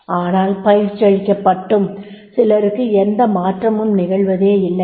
ஆனால் பயிற்சியளிக்கப்பட்டும் சிலருக்கு எந்த மாற்றமும் நிகழ்வதே இல்லையே